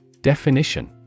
DEFINITION